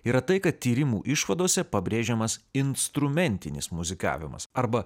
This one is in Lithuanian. yra tai kad tyrimų išvadose pabrėžiamas instrumentinis muzikavimas arba